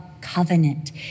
Covenant